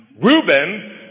Reuben